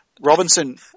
Robinson